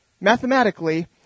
mathematically